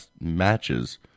matches